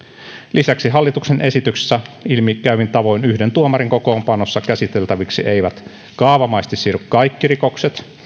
lisäksi hallituksen esityksestä ilmi käyvin tavoin yhden tuomarin kokoonpanossa käsiteltäviksi eivät kaavamaisesti siirry kaikki rikokset